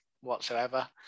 whatsoever